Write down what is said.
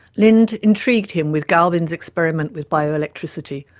lind intrigued him with galvin's experiment with bioelectricity,